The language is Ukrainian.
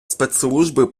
спецслужби